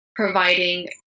providing